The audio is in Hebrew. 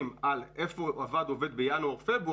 על איפה עבד העובד בינואר-פברואר,